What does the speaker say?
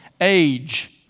age